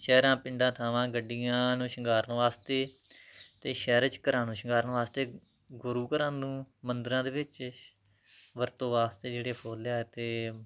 ਸ਼ਹਿਰਾਂ ਪਿੰਡਾਂ ਥਾਵਾਂ ਗੱਡੀਆਂ ਨੂੰ ਸ਼ਿੰਗਾਰਨ ਵਾਸਤੇ ਅਤੇ ਸ਼ਹਿਰਾਂ 'ਚ ਘਰਾਂ ਨੂੰ ਸ਼ਿੰਗਾਰਨ ਵਾਸਤੇ ਗੁਰੂ ਘਰਾਂ ਨੂੰ ਮੰਦਿਰਾਂ ਦੇ ਵਿੱਚ ਵਰਤੋਂ ਵਾਸਤੇ ਜਿਹੜੇ ਫੁੱਲ ਹੈ ਅਤੇ